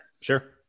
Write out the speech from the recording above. sure